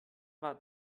war